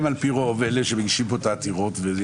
הם על פי רוב אלה שמגישים כאן את העתירות וזה